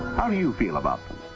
how do you feel about